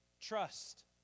trust